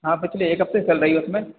हाँ पिछले एक हफ्ते से चल रही है उसमें